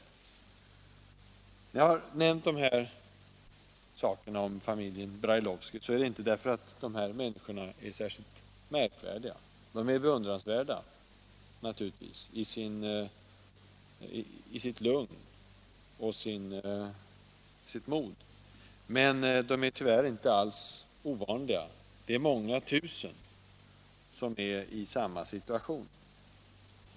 När jag har nämnt dessa saker om familjen Brailovsky, så är det inte för att dessa människor är särskilt märkvärdiga. De är naturligtvis beundransvärda i sitt lugn och mod. Men tyvärr är deras fall inte alls ovanligt, utan många tusen människor i Sovjet är i samma situation.